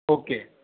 okay